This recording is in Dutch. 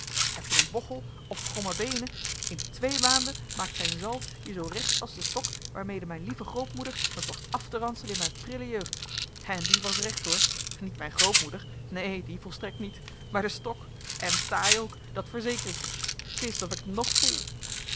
maag heb-je een bochel of kromme beenen in twee maanden maakt zijne zalf je zoo recht als de stok waarmede mijne lieve grootmoeder me placht af te ranselen in mijne prille jeugd en die was recht hoor niet mijne grootmoeder neen die volstrekt niet maar de stok en taai ook dat verzeker ik je t is of ik het nog voel